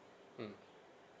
mm